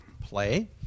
play